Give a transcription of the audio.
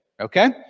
okay